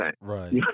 Right